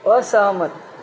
असहमत